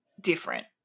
different